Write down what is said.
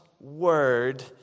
Word